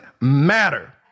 matter